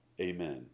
Amen